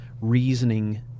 reasoning